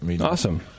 Awesome